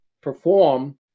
perform